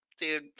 dude